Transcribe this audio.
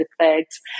effects